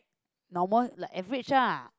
normal like average ah